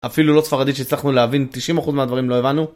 אפילו לא ספרדית שהצלחנו להבין 90% מהדברים לא הבנו.